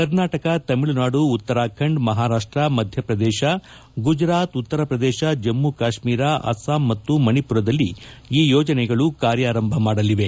ಕರ್ನಾಟಕ ತಮಿಳುನಾಡು ಉತ್ಸರಾಖಂಡ ಮಹಾರಾಷ್ಸ ಮಧ್ಯಪ್ರದೇಶ ಗುಜರಾತ್ ಉತ್ಸರಪ್ರದೇಶ ಜಮ್ಮ ಕಾಶ್ಮೀರ ಅಸ್ಲಾಂ ಮತ್ತು ಮಣಿಪುರದಲ್ಲಿ ಈ ಯೋಜನೆಗಳು ಕಾರ್ಯಾರಂಭ ಮಾಡಲಿವೆ